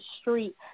street